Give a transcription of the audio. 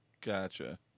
Gotcha